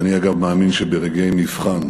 ואני, אגב, מאמין שברגעי מבחן